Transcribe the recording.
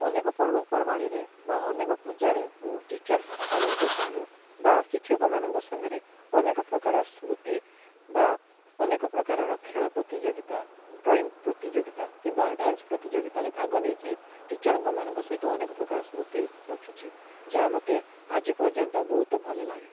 ଅନେକ ପର୍ବପର୍ବାଣୀରେ ବା ଅନେକ ପୂଜାରେ ମୋ ଟିଚର୍ ମାନଙ୍କ ସଂଗେ ବା ଶିକ୍ଷକ ମାନଙ୍କ ସାଂଗରେ ଅନେକ ପ୍ରକାର ସ୍ମୃତି ବା ଅନେକ ପ୍ରକାରର ଖେଳ ପ୍ରତିଯୋଗିତା ଡ୍ରଇଂ ପ୍ରତିଯୋଗିତା କିମ୍ବା ଡ଼୍ୟାନ୍ସ ପ୍ରତିଯୋଗିତାରେ ଭାଗ ନେଇକି ଟିଚର୍ ମାନଙ୍କ ସହିତ ଅନେକ ପ୍ରକାର ସ୍ମୃତି ରଖିଛି ଯାହା ମୋତେ ଆଜି ପର୍ଯ୍ୟନ୍ତ ବହୁତ ଭଲ ଲାଗେ